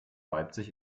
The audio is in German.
leipzig